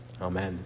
Amen